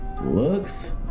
Looks